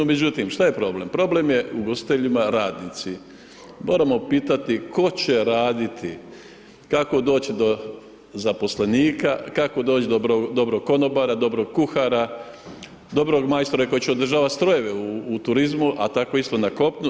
Međutim, šta je problem, problem je ugostiteljima radnici, moramo pitati tko će raditi, kako doći do zaposlenika, kako doći do dobrog konobara, dobrog kuhara, dobrog majstora koji će održavati strojeve u turizmu, a tako isto na kopnu.